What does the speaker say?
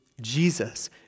Jesus